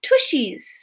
tushies